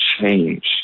change